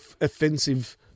offensive